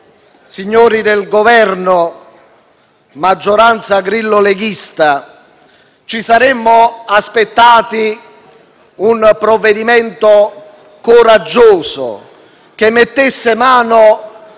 signori del Governo, maggioranza Grillo-leghista, ci saremmo aspettati un provvedimento coraggioso, che mettesse mano